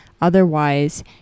otherwise